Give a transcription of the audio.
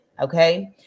okay